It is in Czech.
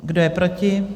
Kdo je proti?